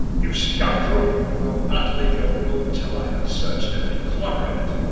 you scoundrel! i'll not leave your room till i have searched every corner of it!